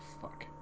fuck